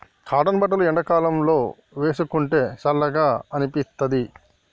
cotton బట్టలు ఎండాకాలం లో వేసుకుంటే చల్లగా అనిపిత్తది